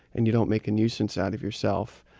and you don't make a nuisance out of yourself.